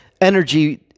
energy